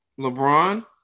LeBron